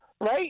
right